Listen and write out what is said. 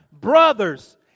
brothers